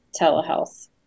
telehealth